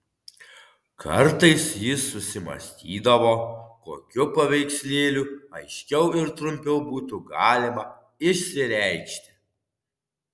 kartais jis susimąstydavo kokiu paveikslėliu aiškiau ir trumpiau būtų galima išsireikšti